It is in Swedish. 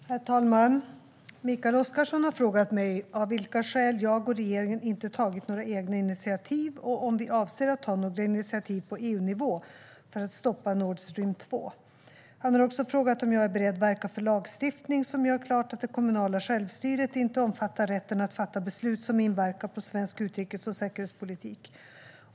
Svar på interpellationer Herr talman! Mikael Oscarsson har frågat mig av vilka skäl jag och regeringen inte har tagit några egna initiativ och om vi avser att ta några initiativ på EU-nivå för att stoppa Nord Stream 2. Han har också frågat om jag är beredd att verka för lagstiftning som gör klart att det kommunala självstyret inte omfattar rätten att fatta beslut som inverkar på svensk utrikes och säkerhetspolitik.